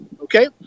Okay